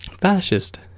fascist